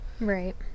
Right